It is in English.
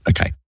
Okay